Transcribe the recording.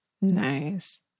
nice